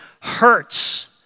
hurts